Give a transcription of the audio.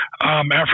Africa